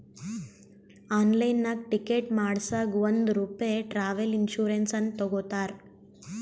ಆನ್ಲೈನ್ನಾಗ್ ಟಿಕೆಟ್ ಮಾಡಸಾಗ್ ಒಂದ್ ರೂಪೆ ಟ್ರಾವೆಲ್ ಇನ್ಸೂರೆನ್ಸ್ ಅಂತ್ ತಗೊತಾರ್